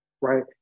right